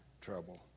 trouble